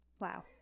Wow